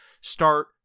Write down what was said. start